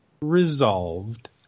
resolved